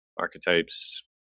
archetypes